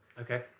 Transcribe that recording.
Okay